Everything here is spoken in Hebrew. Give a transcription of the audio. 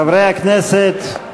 חברי הכנסת,